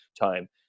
time